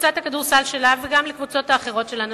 לקבוצת הכדורסל שלה, וגם לקבוצות האחרות של הנשים,